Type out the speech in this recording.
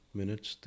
minutes